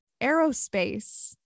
Aerospace